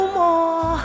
more